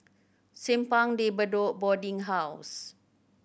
Simpang De Bedok Boarding House